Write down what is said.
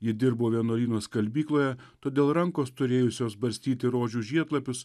ji dirbo vienuolyno skalbykloje todėl rankos turėjusios barstyti rožių žiedlapius